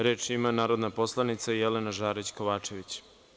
Reč ima narodna poslanica Jelena Žarić Kovačević.